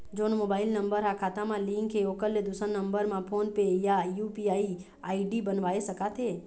जोन mobile number हा खाता मा लिन्क हे ओकर ले दुसर नंबर मा फोन पे या यू.पी.आई आई.डी बनवाए सका थे?